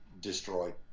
destroyed